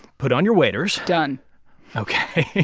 put on your waders done ok.